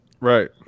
Right